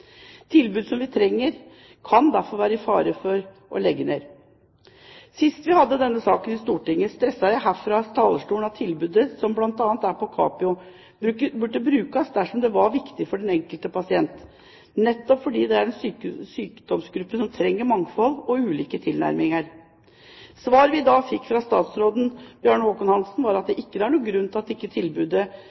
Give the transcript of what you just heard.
Tilbud som vi trenger, kan derfor stå i fare for å måtte legge ned. Sist vi hadde denne saken i Stortinget, stresset jeg her fra talerstolen at tilbudet som bl.a. er på Capio, burde brukes der det er viktig for den enkelte pasient, nettopp fordi dette er en sykdomsgruppe som trenger mangfold og ulike tilnærminger. Svaret vi da fikk fra statsråd Bjarne Håkon Hanssen, var at det ikke er noen grunn til at tilbudet ikke